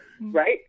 right